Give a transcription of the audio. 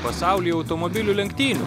pasauly automobilių lenktynių